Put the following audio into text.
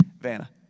Vanna